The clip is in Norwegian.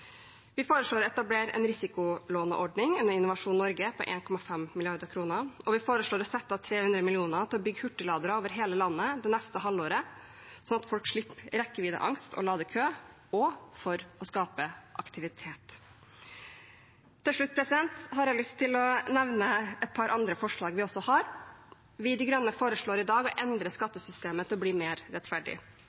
Vi foreslår å etablere en risikolåneordning under Innovasjon Norge på 1,5 mrd. kr, og vi foreslår å sette av 300 mill. kr til å bygge hurtigladere over hele landet det neste halvåret, sånn at folk slipper rekkeviddeangst og ladekø og for å skape aktivitet. Til slutt har jeg lyst til å nevne et par andre forslag vi også har. Vi i De Grønne foreslår i dag å endre skattesystemet til å bli mer rettferdig.